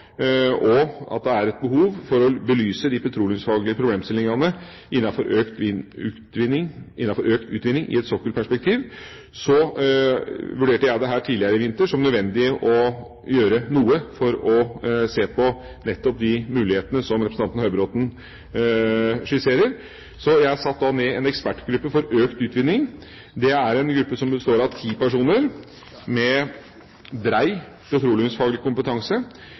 og at det er et behov for å belyse de petroleumsfaglige problemstillingene innenfor økt utvinning i et sokkelperspektiv, vurderte jeg det tidligere i vinter som nødvendig å gjøre noe for å se på nettopp de mulighetene som representanten Høybråten skisserer. Jeg satte da ned en ekspertgruppe for økt utvinning. Det er en gruppe som består av ti personer med bred petroleumsfaglig kompetanse.